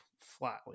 flatly